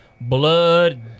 blood